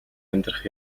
амьдрах